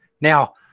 Now